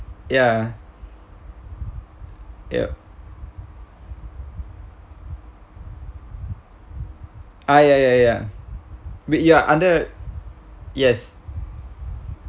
ya yup ah ya ya ya but ya under yes